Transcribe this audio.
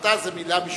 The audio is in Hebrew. הפרטה זו מלה משפטית.